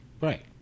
Right